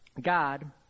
God